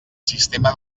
sistema